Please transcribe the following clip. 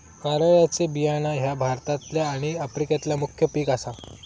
कारळ्याचे बियाणा ह्या भारतातला आणि आफ्रिकेतला मुख्य पिक आसा